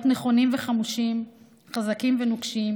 להיות נכונים וחמושים חזקים ונוקשים,